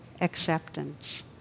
acceptance